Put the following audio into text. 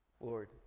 Lord